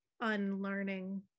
unlearning